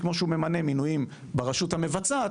כמו שהוא ממנה מינויים ברשות המבצעת,